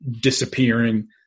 disappearing